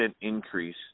increase